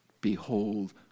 Behold